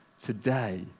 today